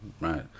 right